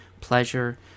pleasure